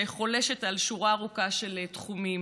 שחולשת על שורה ארוכה של תחומים: